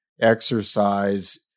exercise